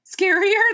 scarier